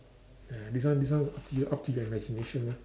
uh this one this one up to you up to your imagination ah